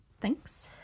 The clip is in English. thanks